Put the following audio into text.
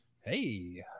Hey